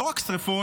לא רק שרפות,